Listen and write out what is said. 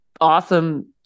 awesome